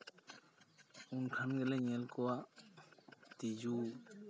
ᱩᱱᱠᱷᱟᱱ ᱜᱮᱞᱮ ᱧᱮᱞ ᱠᱚᱣᱟ ᱛᱤᱡᱩ